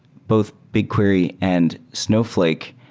both bigquery and snowfl ake,